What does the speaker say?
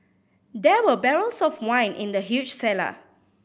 there were barrels of wine in the huge cellar